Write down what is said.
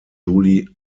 julie